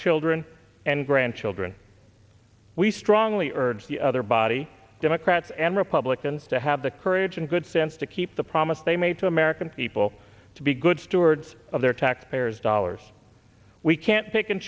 children and grandchildren we strongly urge the other body democrats and republicans to have the courage and good sense to keep the promise they made to american people to be good stewards of their taxpayers dollars we can't